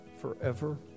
forever